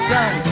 Sun